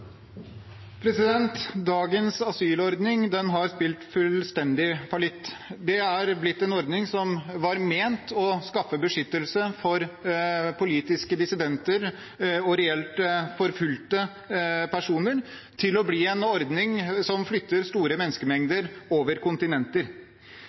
Dagens asylordning har spilt fullstendig fallitt. Den har gått fra å være en ordning som var ment å skaffe beskyttelse for politiske dissidenter og reelt forfulgte personer, til å bli en ordning som flytter store